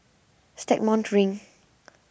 Stagmont Ring